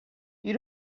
you